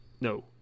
no